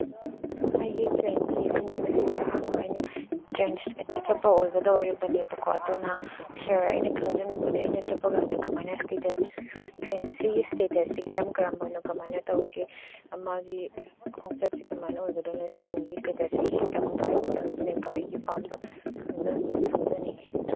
ꯑꯩꯒꯤ ꯇ꯭ꯔꯦꯟꯁꯦ ꯑꯩꯅ ꯉꯁꯤꯁꯦ ꯑꯍꯥꯟꯕ ꯑꯩꯅ ꯇ꯭ꯔꯦꯟ ꯏꯁꯇꯦꯁꯟ ꯆꯠꯄ ꯑꯣꯏꯒꯗꯧꯔꯤꯕꯅꯤꯀꯣ ꯑꯗꯨꯅ ꯁꯥꯔ ꯑꯩꯅ ꯈꯪꯖꯅꯤꯡꯕꯅꯦ ꯑꯩꯅ ꯆꯠꯄꯀꯥꯟꯗ ꯀꯃꯥꯏꯅ ꯇ꯭ꯔꯦꯟ ꯑꯁꯤꯒꯤ ꯏꯁꯇꯦꯇꯁꯁꯤ ꯀꯔꯝ ꯀꯔꯝꯕꯅꯣ ꯀꯃꯥꯏꯅ ꯇꯧꯒꯦ ꯃꯥꯒꯤ ꯈꯣꯡꯆꯠꯁꯤ ꯀꯃꯥꯏꯅ ꯑꯣꯏꯒꯗꯣꯏꯅꯣ ꯇ꯭ꯔꯦꯟꯒꯤ ꯏꯁꯇꯦꯇꯁꯁꯤ ꯈꯤꯇꯪꯗ ꯑꯩꯅ ꯈꯪꯖꯅꯤꯡꯕ ꯑꯩꯒꯤ ꯑꯄꯥꯝꯕ ꯈꯪꯖꯅꯤꯡꯉꯤ